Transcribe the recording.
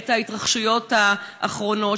את ההתרחשויות האחרונות.